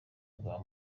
bwa